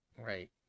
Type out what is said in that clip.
right